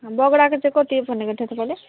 बगडाको चाहिँ कति भनेको थियो तपाईँले